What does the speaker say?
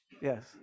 Yes